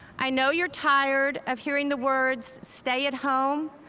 i know you're tired of hearing the words stay at home,